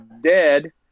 dead